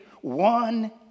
one